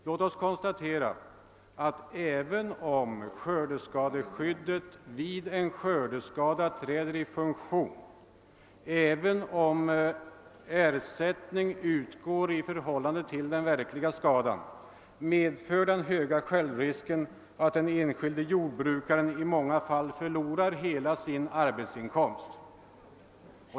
Låt oss konstatera att även om skördeskadeskyddet vid en skördeskada träder i funktion, även om ersättning utgår i förhållande till den verkliga skadan, medför dock den höga självrisken att den enskilde jordbrukaren i många fall förlorar hela sin arbetsinkomst.